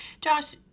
Josh